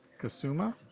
Kasuma